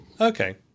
Okay